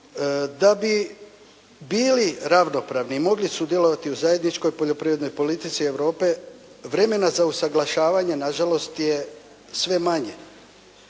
Da bi bili ravnopravni i mogli sudjelovati u zajedničkoj poljoprivrednoj politici Europe vremena za usaglašavanje nažalost je sve manje.